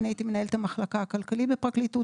אני הייתי מנהלת המחלקה הכלכלית בפרקליטות